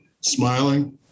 smiling